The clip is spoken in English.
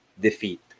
defeat